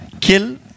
kill